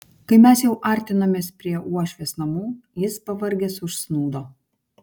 kai mes jau artinomės prie uošvės namų jis pavargęs užsnūdo